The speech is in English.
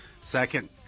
Second